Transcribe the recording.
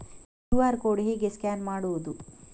QR code ಹೇಗೆ scan ಮಾಡುವುದು?